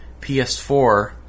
PS4